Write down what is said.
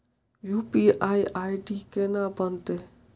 UPI ID केना बनतै?